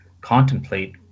contemplate